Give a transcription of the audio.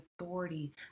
authority